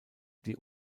die